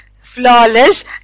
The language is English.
flawless